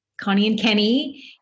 ConnieandKenny